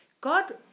God